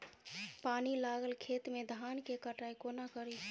पानि लागल खेत मे धान केँ कटाई कोना कड़ी?